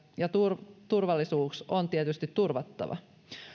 ja turvallisuus on tietysti turvattava